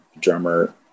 drummer